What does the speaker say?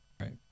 Right